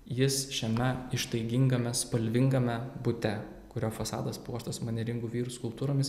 jis šiame ištaigingame spalvingame bute kurio fasadas puoštas manieringų vyrų skulptūromis